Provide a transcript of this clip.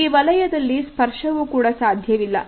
ಈ ವಲಯದಲ್ಲಿ ಸ್ಪರ್ಶವು ಕೂಡ ಸಾಧ್ಯವಿಲ್ಲ